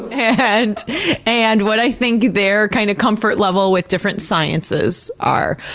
yeah and and what i think their kind of comfort level with different sciences are.